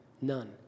None